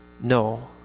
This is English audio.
no